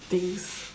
thing